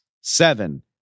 seven